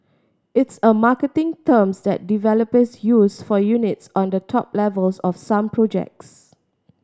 it's a marketing terms that developers use for units on the top levels of some projects